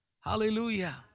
Hallelujah